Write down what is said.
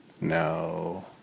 No